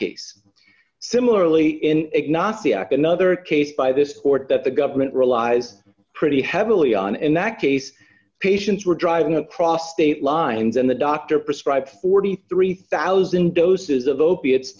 case similarly in ignacio another case by this court that the government relies pretty heavily on in that case patients were driving across state lines and the doctor prescribed forty three thousand doses of opiates